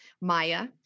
Maya